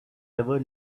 ever